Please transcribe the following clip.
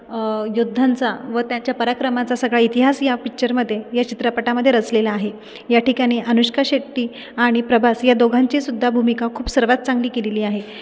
युद्धांचा व त्यांच्या पराक्रमाचा सगळा इतिहास या पिक्चरमध्ये या चित्रपटामध्ये रचलेला आहे या ठिकाणी अनुष्का शेट्टी आणि प्रभास या दोघांची सुद्धा भूमिका खूप सर्वात चांगली केलेली आहे